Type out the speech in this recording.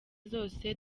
zose